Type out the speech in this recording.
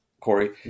Corey